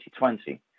2020